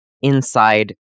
inside